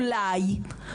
אולי,